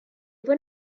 were